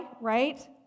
right